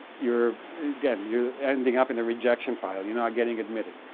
you're again, you're ending up in the rejection file, you know, getting admitted.